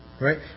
Right